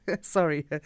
Sorry